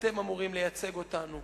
אתם אמורים לייצג אותנו.